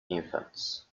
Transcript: infants